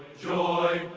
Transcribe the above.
joy,